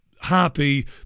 happy